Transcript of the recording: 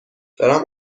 دارم